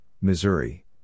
Missouri